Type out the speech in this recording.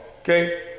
okay